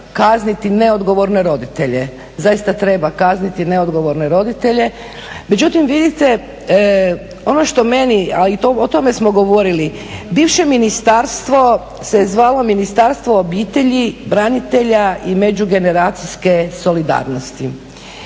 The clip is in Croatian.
kazniti neodgovorne roditelje, zaista treba kazniti. Međutim vidite ono što meni, a o tome smo i govorili, bivše ministarstvo se zvalo Ministarstvo obitelji, branitelja i međugeneracijske solidarnosti.